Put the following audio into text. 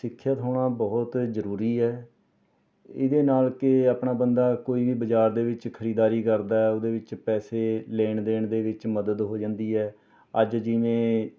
ਸਿੱਖਿਅਤ ਹੋਣਾ ਬਹੁਤ ਜ਼ਰੂਰੀ ਹੈ ਇਹਦੇ ਨਾਲ਼ ਕਿ ਆਪਣਾ ਬੰਦਾ ਕੋਈ ਵੀ ਬਜ਼ਾਰ ਦੇ ਵਿੱਚ ਖਰੀਦਦਾਰੀ ਕਰਦਾ ਉਹਦੇ ਵਿੱਚ ਪੈਸੇ ਲੈਣ ਦੇਣ ਦੇ ਵਿੱਚ ਮਦਦ ਹੋ ਜਾਂਦੀ ਹੈ ਅੱਜ ਜਿਵੇਂ